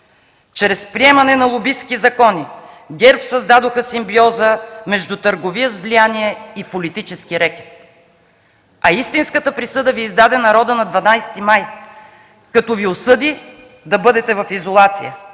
чрез приемане на лобистки закони ГЕРБ създадоха симбиоза между търговия с влияние и политически рекет, а истинската присъда Ви издаде народът на 12 май, като Ви осъди да бъдете в изолация,